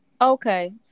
Okay